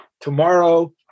Tomorrow